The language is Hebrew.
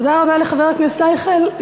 תודה רבה לחבר הכנסת אייכלר.